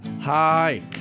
Hi